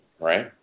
right